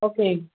okay